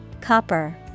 Copper